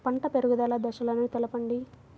పంట పెరుగుదల దశలను తెలపండి?